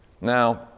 Now